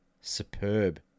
superb